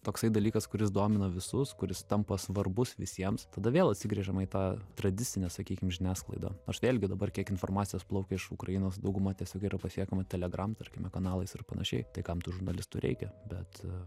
toksai dalykas kuris domina visus kuris tampa svarbus visiems tada vėl atsigręžiama į tą tradicinę sakykim žiniasklaidą aš vėlgi dabar kiek informacijos plaukia iš ukrainos dauguma tiesiog yra pasiekiama telegram tarkime kanalais ir panašiai tai kam tų žurnalistų reikia bet